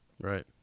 Right